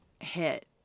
hit